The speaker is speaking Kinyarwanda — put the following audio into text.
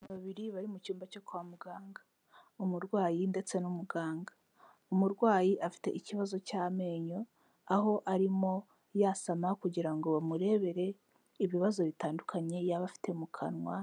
Abantu babiri bari mu cyumba cyo kwa muganga. Umurwayi ndetse n'umuganga. Umurwayi afite ikibazo cy'amenyo aho arimo yasama kugira ngo bamurebere ibibazo bitandukanye yaba afite mu kanwa,